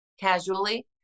casually